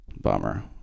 Bummer